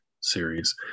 series